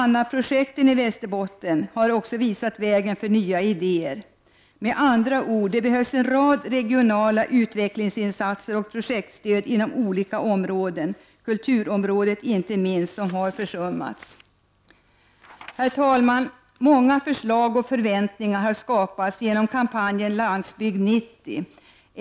Annaprojekten i Västerbotten har också visat vägen för nya idéer. Med andra ord behövs det en rad regionala utvecklingsinsatser och projektstöd inom olika områden, kulturområdet inte minst, som har försummats. Herr talman! Många förslag och förväntningar har skapats genom kampanjen Landsbygd 90.